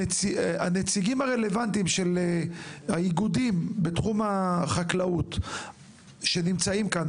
הנציגים הרלוונטיים של האיגודים בתחום החקלאות שנמצאים כאן,